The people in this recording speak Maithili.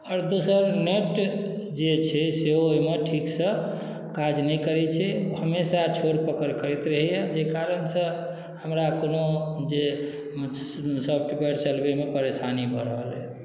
आओर दोसर नेट जे छै सेहो ओहिमे ठीकसँ काज नहि करै छै हमेशा छोड़ पकड़ करैत रहैए जाहि कारणसँ हमरा कोनो जे सॉफ्टवेयर चलबैमे परेशानी भऽ रहल अइ